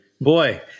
Boy